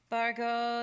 Bargo